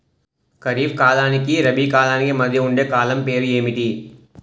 ఖరిఫ్ కాలానికి రబీ కాలానికి మధ్య ఉండే కాలం పేరు ఏమిటి?